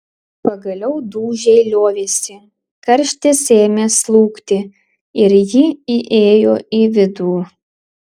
pagaliau dūžiai liovėsi karštis ėmė slūgti ir ji įėjo į vidų